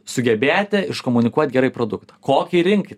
sugebėti iškomunikuoti gerai produktą kokiai rinkai